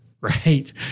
Right